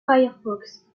firefox